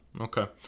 Okay